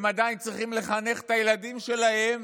הם עדיין צריכים לחנך את הילדים שלהם